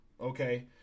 okay